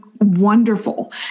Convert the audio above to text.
wonderful